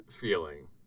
feeling